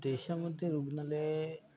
देशामध्ये रुग्णालय